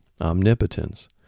omnipotence